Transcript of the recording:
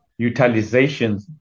utilizations